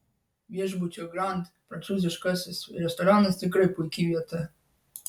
viešbučio grand prancūziškasis restoranas tikrai puiki vieta